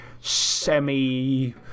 semi